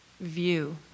view